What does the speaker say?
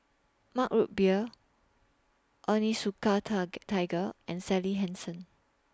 Mug Root Beer Onitsuka Tiger and Sally Hansen